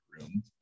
room